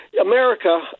America